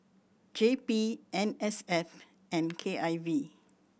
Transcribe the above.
J P N S F and K I V